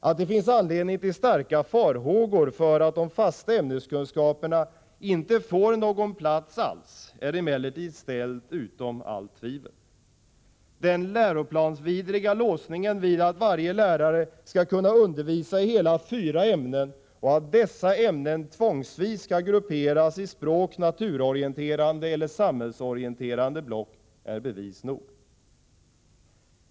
Att det finns anledning till starka farhågor för att de fasta ämneskunskaperna inte får någon plats alls är emellertid ställt utom allt tvivel. Den läroplansvidriga låsningen vid att varje lärare skall kunna undervisa i hela fyra ämnen och att dessa ämnen tvångsvis skall grupperas i språk, naturorienterande eller samhällsorienterande block är bevis nog.